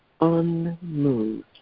unmoved